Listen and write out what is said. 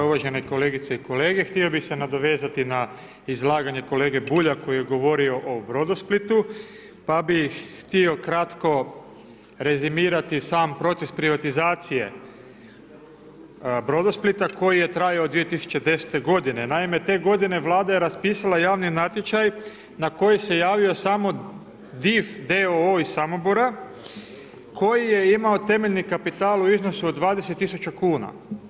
Uvažene kolegice i kolege, htio bi se nadovezati na izlaganje kolege Bulja, koji je govorio o Brodosplitu, pa bih htio kratko rezimirati sam proces privatizacije Brodosplita, koji je trajao od 2010. g. Naime te godine, Vlada je raspisala javni natječaj, na koji se javio samo DIF d.o.o. iz Samobora, koji je imao temeljni kapital u iznosu od 20000 kuna.